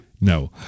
No